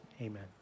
Amen